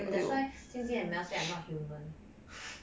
mm that's why jing jing and mel said that I am not human